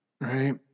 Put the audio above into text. Right